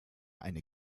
eine